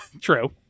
true